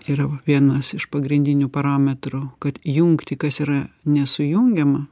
yra vienas iš pagrindinių parametrų kad jungti kas yra nesujungiama